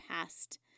past